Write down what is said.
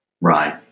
Right